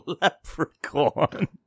leprechaun